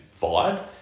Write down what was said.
vibe